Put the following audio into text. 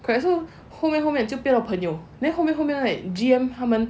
then 后面后面就变得朋友 then 后面后面 G_M 他们